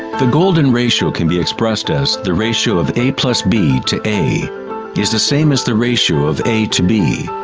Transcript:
the golden ratio can be expressed as the ratio of a b to a is the same as the ratio of a to b.